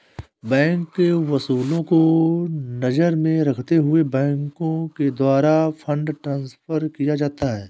बैंकों के उसूलों को नजर में रखते हुए बैंकों के द्वारा फंड ट्रांस्फर किया जाता है